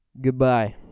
Goodbye